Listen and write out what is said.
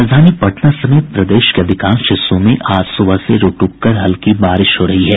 राजधानी पटना समेत प्रदेश के अधिकांश हिस्सों में आज सुबह से रूक रूककर हल्की बारिश हो रही है